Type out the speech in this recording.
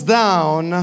down